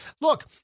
look